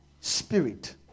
spirit